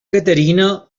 caterina